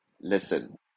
Listen